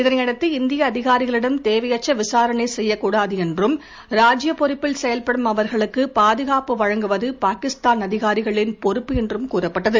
இதனையடுத்து இந்திய அதிகாரிகளிடம் தேவையற்ற விசாரணை செய்யக்கூடாது என்றும் ராஜ்ஜிய பொறுப்பில் செயல்படும் அவர்களுக்குப் பாதுகாப்பு வழங்குவது பாகிஸ்தான் அதிகாரிகளின் பொறுப்பு என்றும் கூறப்பட்டது